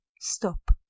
stop